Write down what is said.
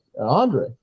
Andre